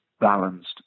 balanced